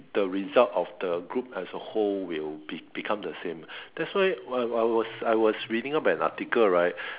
the result of the group as the whole will be~ become the same so that's why I was I was reading up an article right